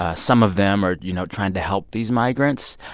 ah some of them are, you know, trying to help these migrants.